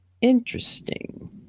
interesting